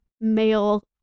male